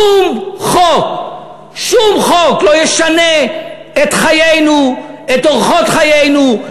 שום חוק לא ישנה את חיינו, את אורחות חיינו.